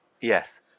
yes